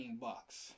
bucks